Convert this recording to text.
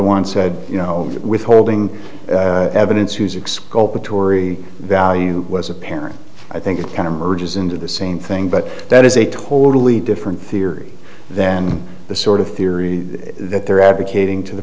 once said you know withholding evidence whose expose the tory value was apparent i think it kind of merges into the same thing but that is a totally different theory than the sort of theory that they're advocating to the